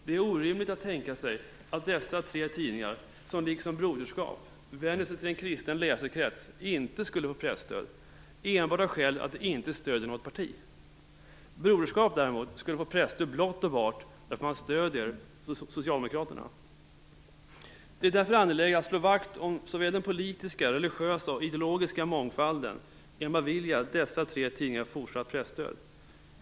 Det är orimligt att tänka sig att dessa tre tidningar, som liksom Broderskap vänder sig till en kristen läsekrets, inte skulle få presstöd enbart av det skälet att de inte stöder något parti. Broderskap skulle däremot få presstöd blott och bart därför att man stöder Socialdemokraterna. Det är därför angeläget att slå vakt om såväl den politiska och religiösa som ideologiska mångfalden genom att bevilja dessa tre tidningar fortsatt presstöd.